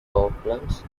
problems